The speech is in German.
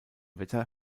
wetter